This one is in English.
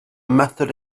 method